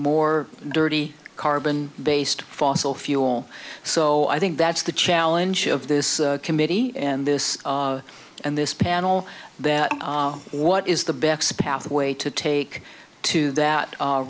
more dirty carbon based fossil fuel so i think that's the challenge of this committee and this and this panel that what is the backs pathway to take to that